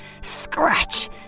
scratch